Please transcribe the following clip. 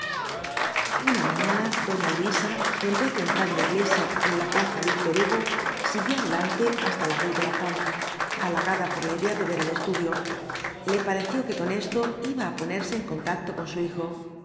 una mañana doña luisa en vez de entrar en la iglesia de la plaza víctor hugo siguió adelante hasta la rice de la pompe halagada por la idea de ver el estudio le pareció que con esto iba á ponerse en contacto con su hijo